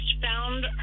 found